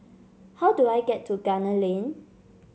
how do I get to Gunner Lane